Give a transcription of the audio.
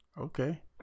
Okay